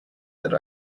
that